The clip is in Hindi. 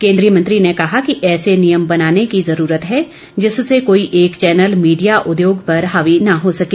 केन्द्रीय मंत्री ने कहा कि ऐसे नियम बनाने की जरूरत है जिससे कोई एक चैनल मीडिया उद्योग पर हावी न हो सके